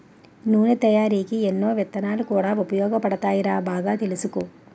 నూనె తయారికీ ఎన్నో విత్తనాలు కూడా ఉపయోగపడతాయిరా బాగా తెలుసుకో